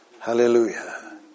Hallelujah